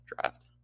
draft